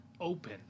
open